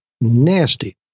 nasty